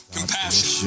Compassion